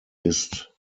ist